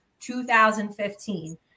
2015